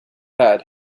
had